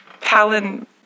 palin